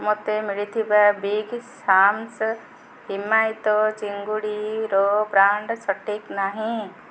ମୋତେ ମିଳିଥିବା Big Sam's ହିମାୟିତ ଚିଙ୍ଗୁଡ଼ିର ବ୍ରାଣ୍ଡ୍ ସଠିକ୍ ନାହିଁ